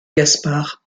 gaspar